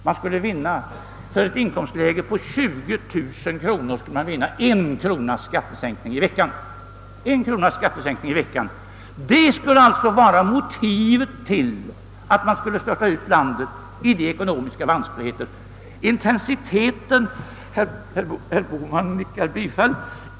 Man skulle vid ett inkomstläge av 20 000 kronor vinna en kronas skattesänkning i veckan. Detta skulle alltså vara motivet till att man störtar landet i ekonomiska vanskligheter. Herr Bohman nickar bifall.